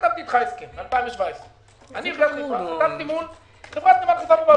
חתמתי הסכם ב-2017 מול חברת נמל חיפה.